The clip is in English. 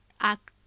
act